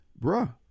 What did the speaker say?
Bruh